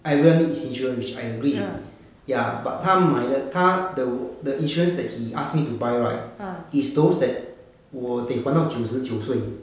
I will need insurance which I agree ya but 他买的他的 the insurance that he asked me to buy right is those that 我得还到九十九岁